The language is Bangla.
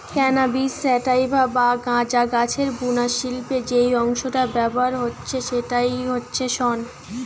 ক্যানাবিস স্যাটাইভা বা গাঁজা গাছের বুনা শিল্পে যেই অংশটা ব্যাভার হচ্ছে সেইটা হচ্ছে শন